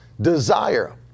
desire